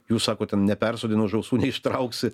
jūs sakot ten nepersodinus už ausų neištrauksi